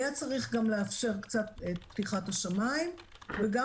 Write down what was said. היה צריך לאפשר גם קצת את פתיחת השמיים וגם